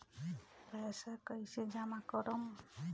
पैसा कईसे जामा करम?